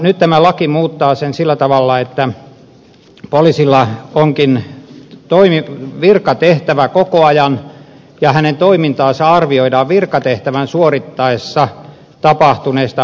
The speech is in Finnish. nyt tämä laki muuttaa sen sillä tavalla että poliisilla onkin virkatehtävä koko ajan ja hänen toimintaansa arvioidaan virkatehtävää suoritettaessa tapahtuneena hätävarjeluna